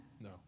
No